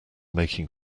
making